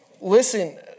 listen